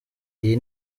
iyi